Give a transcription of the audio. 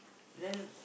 then